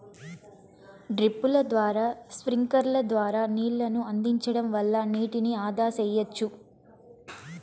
డ్రిప్పుల ద్వారా స్ప్రింక్లర్ల ద్వారా నీళ్ళను అందించడం వల్ల నీటిని ఆదా సెయ్యచ్చు